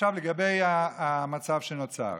לגבי המצב שנוצר.